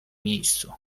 miejscu